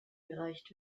gereicht